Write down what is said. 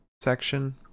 section